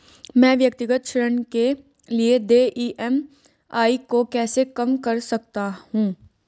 मैं व्यक्तिगत ऋण के लिए देय ई.एम.आई को कैसे कम कर सकता हूँ?